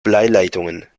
bleileitungen